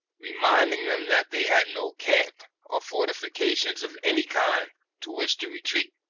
reminding them that they had no camp or fortifications of any kind to which to re treat,